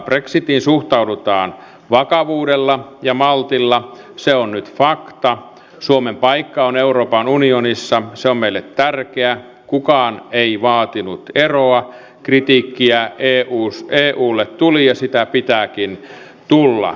brexitiin suhtaudutaan vakavuudella ja maltilla se on nyt fakta suomen paikka on euroopan unionissa se on meille tärkeä kukaan ei vaatinut eroa kritiikkiä eulle tuli ja sitä pitääkin tulla